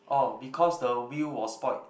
oh because the wheel was spoiled